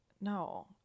No